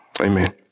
Amen